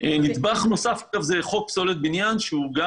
נדבך נוסף זה חוק פסולת בניין שהוא גם